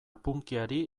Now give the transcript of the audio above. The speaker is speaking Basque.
punkyari